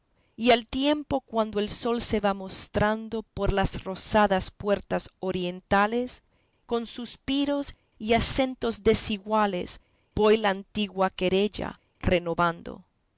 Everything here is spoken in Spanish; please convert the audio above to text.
y al tiempo cuando el sol se va mostrando por las rosadas puertas orientales con suspiros y acentos desiguales voy la antigua querella renovando